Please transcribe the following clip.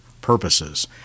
purposes